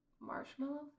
marshmallow